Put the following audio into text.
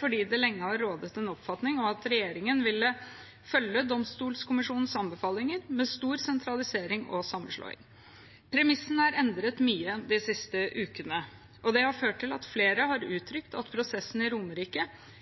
fordi det lenge har rådet en oppfatning om at regjeringen ville følge Domstolkommisjonens anbefalinger med stor sentralisering og sammenslåing. Premissene er endret mye de siste ukene, og det har ført til at flere har uttrykt at prosessen i Romerike